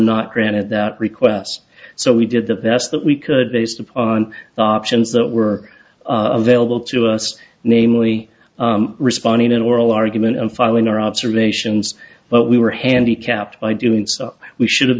not granted that requests so we did the best that we could based upon the options that were available to us namely responding to an oral argument and following our observations but we were handicapped by doing so we should have